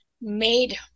made